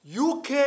UK